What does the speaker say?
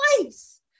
place